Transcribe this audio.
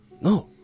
No